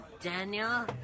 Daniel